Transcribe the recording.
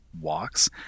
walks